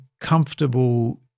comfortable